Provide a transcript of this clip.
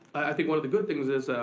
i think one of the good things is,